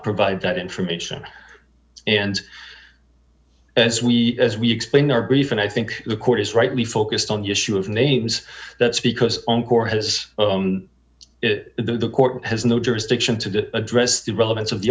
provide that information and as we as we explained our brief and i think the court is rightly focused on the issue of names that's because on core has it the court has no jurisdiction to address the relevance of the